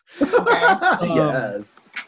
Yes